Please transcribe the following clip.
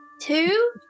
Two